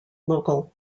local